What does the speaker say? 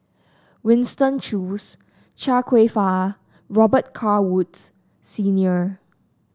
Winston Choos Chia Kwek Fah Robet Carr Woods Senior